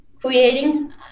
creating